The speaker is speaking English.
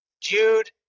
Jude